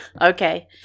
Okay